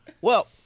Well-